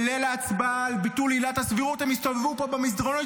בליל ההצבעה על ביטול עילת הסבירות הם הסתובבו פה במסדרונות,